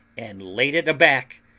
and laid it a-back,